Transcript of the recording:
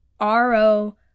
RO